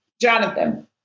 Jonathan